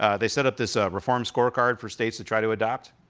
ah they set up this reform scorecard for states to try to adopt.